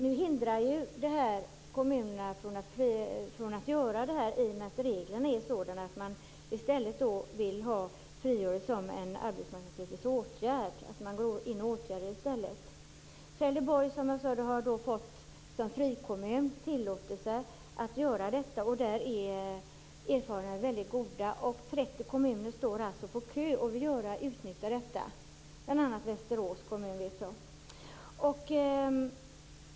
Nu hindras kommunerna att göra detta i och med att reglerna är sådana att friåret i stället skall vara en arbetsmarknadspolitisk åtgärd. Man skall gå in i åtgärder i stället. Trelleborg har, som jag sade, som frikommun fått tillåtelse att införa friåret. Där är erfarenheterna mycket goda. 30 kommuner står i kö och vill utnyttja detta, bl.a. Västerås.